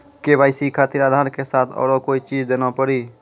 KYC खातिर आधार के साथ औरों कोई चीज देना पड़ी?